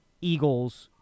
Eagles